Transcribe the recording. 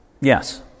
Yes